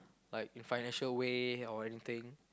like in financial way or anything